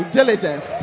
diligence